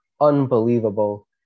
unbelievable